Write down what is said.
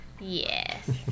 Yes